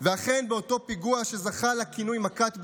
ואכן, באותו פיגוע שזכה לכינוי "מכת בכורות",